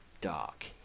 dark